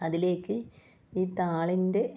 അതിലേക്ക് ഈ താളിൻ്റെ